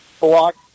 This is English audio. block